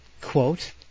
quote